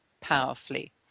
powerfully